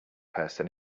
person